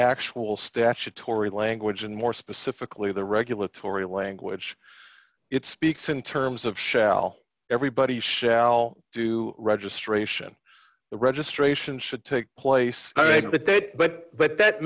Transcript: actual statutory language and more specifically the regulatory language it speaks in terms of shall everybody shall do registration the registration should take place but but that